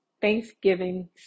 Thanksgiving